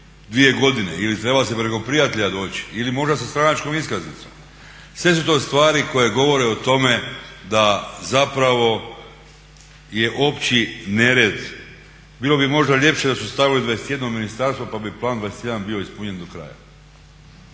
dvije godine ili treba se preko prijatelja doći ili možda sa stranačkom iskaznicom. Sve su to stvari koje govore o tome da zapravo je opći nered. Bilo bi možda ljepše da su stavili 21 ministarstvo, pa bi Plan 21 bio ispunjen do kraja.